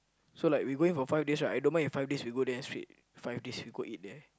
so like we going for five days right I don't mind if five days we go there straight five days we go eat there